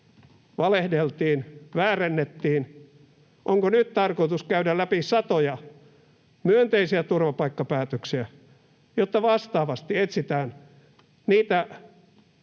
valehdeltiin, väärennettiin, onko nyt tarkoitus käydä läpi satoja myönteisiä turvapaikkapäätöksiä, jotta vastaavasti etsitään niitä